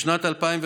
בשנת 2015,